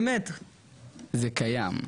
זה קיים,